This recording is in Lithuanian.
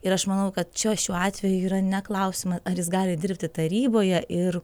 ir aš manau kad čia šiuo atveju yra ne klausimas ar jis gali dirbti taryboje ir